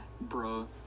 Bro